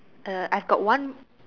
uh I've got one